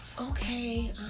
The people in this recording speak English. okay